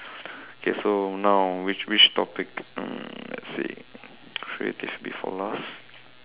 okay so now which which topic um let's see creative will be for last